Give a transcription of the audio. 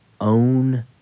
own